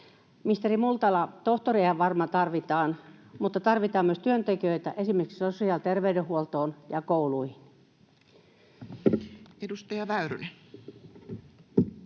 Ministeri Multala, tohtoreja varmaan tarvitaan, mutta tarvitaan myös työntekijöitä esimerkiksi sosiaali- ja terveydenhuoltoon ja kouluihin. Edustaja Väyrynen.